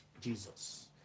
Jesus